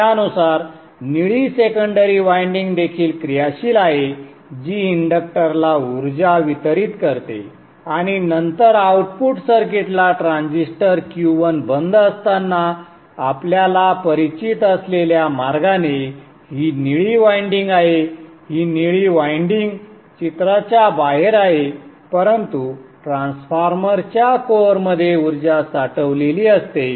त्यानुसार निळी secondary winding देखील क्रियाशील आहे जी इंडक्टरला ऊर्जा वितरीत करते आणि नंतर आउटपुट सर्किटला ट्रान्झिस्टर Q1 बंद असताना आपल्याला परिचित असलेल्या मार्गाने ही निळी वायंडिंग आहे ही निळी वायंडिंग चित्राच्या बाहेर आहे परंतु ट्रान्सफॉर्मरच्या कोअर मध्ये ऊर्जा साठवलेली असते